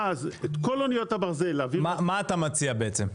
ואז את כל אניות הברזל להביא --- מה אתה בעצם מציע?